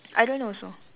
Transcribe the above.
I don't know also